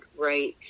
right